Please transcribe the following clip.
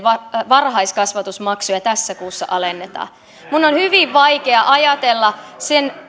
varhaiskasvatusmaksuja tässä kuussa alennetaan minun on hyvin vaikea ajatella sen